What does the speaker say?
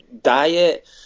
diet